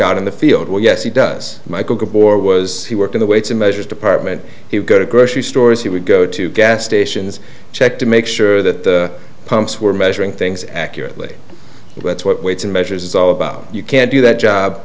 out in the field well yes he does michael de boer was he worked in the weights and measures department he would go to grocery stores he would go to gas stations check to make sure that the pumps were measuring things accurately that's what weights and measures is all about you can't do that job